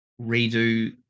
redo